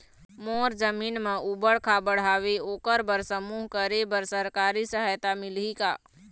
मोर जमीन म ऊबड़ खाबड़ हावे ओकर बर समूह करे बर सरकारी सहायता मिलही का?